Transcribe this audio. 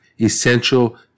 essential